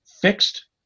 fixed